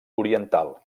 oriental